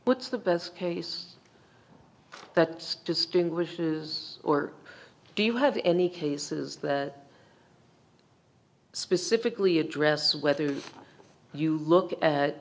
what's the best case that's just in wishes or do you have any cases that specifically address whether you look